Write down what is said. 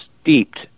steeped